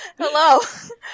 Hello